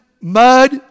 mud